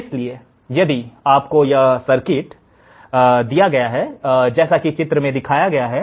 इसलिए यदि आपको यह सर्किट दिया गया है जैसा कि चित्र में दिखाया गया है